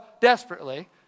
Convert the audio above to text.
desperately